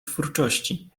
twórczości